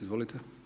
Izvolite.